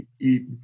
eat